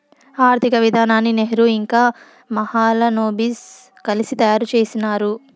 ఆర్థిక విధానాన్ని నెహ్రూ ఇంకా మహాలనోబిస్ కలిసి తయారు చేసినారు